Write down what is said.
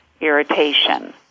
irritation